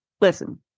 listen